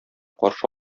каршы